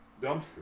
dumpster